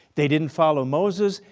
they didn't follow moses,